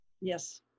Yes